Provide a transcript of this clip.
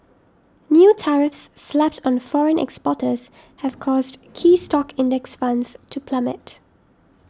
new tariffs slapped on foreign exporters have caused key stock index funds to plummet